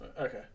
Okay